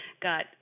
got